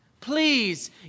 Please